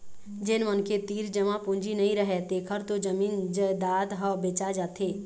जेन मनखे तीर जमा पूंजी नइ रहय तेखर तो जमीन जयजाद ह बेचा जाथे